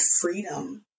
freedom